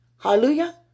Hallelujah